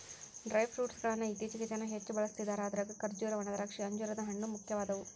dry fruit ಗಳ್ಳನ್ನ ಇತ್ತೇಚಿಗೆ ಜನ ಹೆಚ್ಚ ಬಳಸ್ತಿದಾರ ಅದ್ರಾಗ ಖರ್ಜೂರ, ಒಣದ್ರಾಕ್ಷಿ, ಅಂಜೂರದ ಹಣ್ಣು, ಮುಖ್ಯವಾದವು